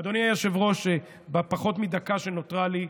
אדוני היושב-ראש, בפחות מדקה שנותרה לי,